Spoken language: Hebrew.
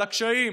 על הקשיים,